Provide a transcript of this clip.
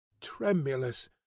tremulous